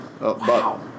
Wow